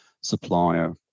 supplier